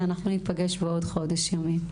ניפגש בעוד חודש ימים.